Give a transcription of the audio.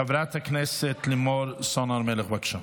חברת הכנסת לימור סון הר מלך, בבקשה.